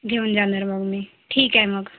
घेऊन जाणार मग मी ठीक आहे मग